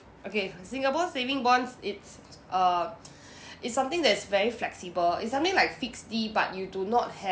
okay singapore saving bonds it's err it's something that's very flexible it's something like fixed D but you do not have